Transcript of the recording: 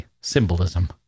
symbolism